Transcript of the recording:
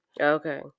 Okay